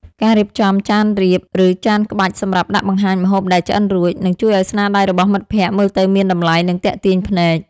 ការរៀបចំចានរាប ឬចានក្បាច់សម្រាប់ដាក់បង្ហាញម្ហូបដែលឆ្អិនរួច នឹងជួយឱ្យស្នាដៃរបស់មិត្តភក្តិមើលទៅមានតម្លៃ និងទាក់ទាញភ្នែក។